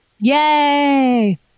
Yay